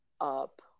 up